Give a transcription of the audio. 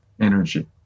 energy